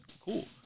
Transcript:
cool